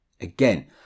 Again